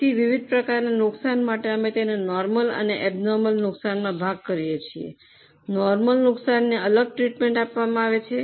તેથી વિવિધ પ્રકારનાં નુકસાન માટે અમે તેમને નોર્મલ અને ઐબ્નૉર્મલ નુકસાનમાં ભાગ કરીયે છીએ નોર્મલ નુકસાનને અલગ ટ્રીટમેન્ટ આપવામાં આવે છે